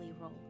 role